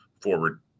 forward